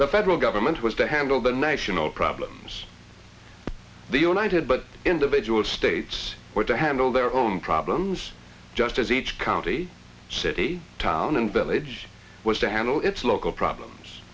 the federal government was to handle the national problems the united but individual states were to handle their own problems just as each county city town and village was to handle its local problems